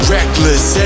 Reckless